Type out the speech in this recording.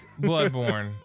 bloodborne